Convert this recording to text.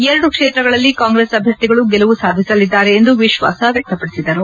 ಎರಡು ಕ್ಷೇತ್ರಗಳಲ್ಲಿ ಕಾಂಗ್ರೆಸ್ ಅಭ್ಯರ್ಥಿಗಳು ಗೆಲುವು ಸಾಧಿಸಲಿದ್ದಾರೆ ಎಂದು ವಿಶ್ವಾಸ ವ್ಯಕ್ತಪಡಿಸಿದರು